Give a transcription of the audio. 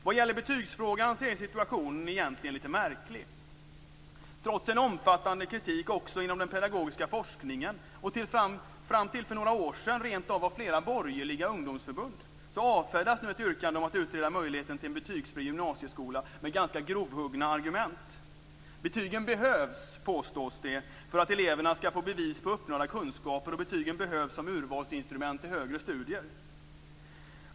Vad gäller betygsfrågan är situationen egentligen lite märklig. Trots en omfattande kritik också inom den pedagogiska forskningen - och fram till för några år sedan rentav från flera borgerliga ungdomsförbund - avfärdas nu ett yrkande om att utreda möjligheten till en betygsfri gymnasieskola med ganska grovhuggna argument. Betygen behövs, påstås det, för att eleverna skall få bevis på uppnådda kunskaper och som urvalsinstrument till högre studier.